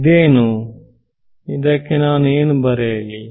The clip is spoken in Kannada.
ಇದೇನು ಇದಕ್ಕೆ ನಾನು ಏನು ಬರೆಯಲಿ